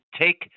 take